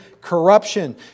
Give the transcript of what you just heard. corruption